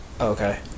Okay